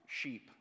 sheep